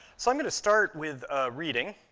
so i'm going to start with a reading,